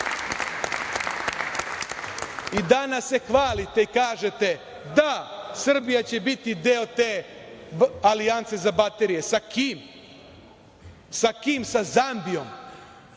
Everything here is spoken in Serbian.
toga! Danas se hvalite i kažete – da, Srbija će biti deo te alijanse za baterije. Sa kim? Sa Zambijom?